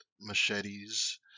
machetes